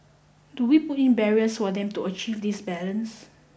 do we put in barriers for them to achieve this balance